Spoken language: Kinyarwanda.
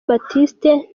baptiste